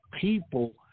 people